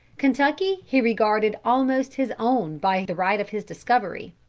kentucky he regarded almost his own by the right of his discovery.